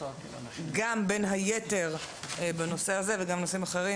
גם בנושא הזה וגם בנושאים אחרים,